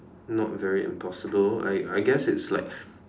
not very impossible I I guess it's like